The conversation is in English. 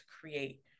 create